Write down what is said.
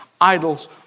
idols